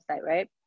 right